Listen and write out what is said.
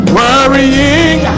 worrying